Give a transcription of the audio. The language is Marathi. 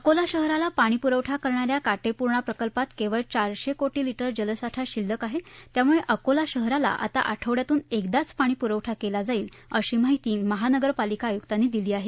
अकोला शहराला पाणीपुरवठा करणा य काटेपूर्णा प्रकल्पात केवळ चारशे कोटी लिटर जलसाठा शिल्लक आहे त्यामुळे अकोला शहराला आता आठवडयातून एकदाच पाणीपुरवठा केला जाईल अशी माहिती महानगरपालिका आयुक्तांनी दिली आहे